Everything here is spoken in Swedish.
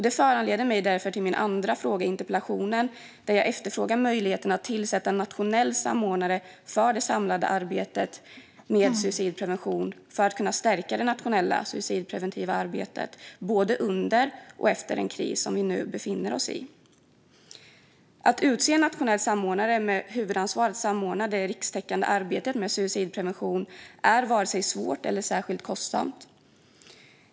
Detta leder mig till min andra fråga i interpellationen, där jag efterfrågar möjligheten att tillsätta en nationell samordnare för det samlade arbetet med suicidprevention, för att kunna stärka det nationella suicidpreventiva arbetet både under och efter den kris som vi nu befinner oss i. Att utse en nationell samordnare med huvudansvar för att samordna det rikstäckande arbetet med suicidprevention är varken svårt eller särskilt kostsamt.